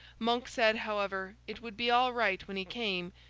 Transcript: monk said, however, it would be all right when he came,